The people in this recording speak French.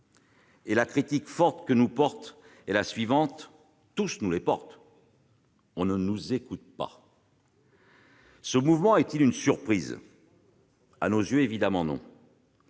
et la critique forte que tous portent est la suivante :« On ne nous écoute pas. » Ce mouvement est-il une surprise ? À nos yeux, évidemment, non.